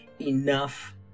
enough